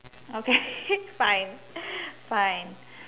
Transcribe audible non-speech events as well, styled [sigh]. okay [laughs] fine fine